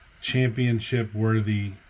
championship-worthy